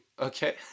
okay